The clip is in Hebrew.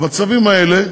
במצבים האלה,